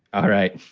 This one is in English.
all right.